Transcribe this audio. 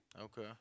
Okay